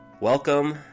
Welcome